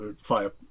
fire